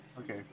okay